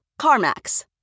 CarMax